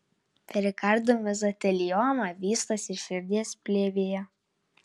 perikardo mezotelioma vystosi širdies plėvėje